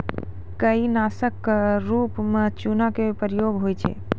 काई नासक क रूप म चूना के प्रयोग होय छै